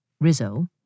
Rizzo